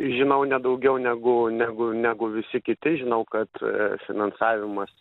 žinau ne daugiau negu negu negu visi kiti žinau kad finansavimas